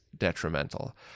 detrimental